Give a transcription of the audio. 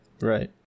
Right